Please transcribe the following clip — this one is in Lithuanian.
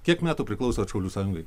kiek metų priklausot šaulių sąjungai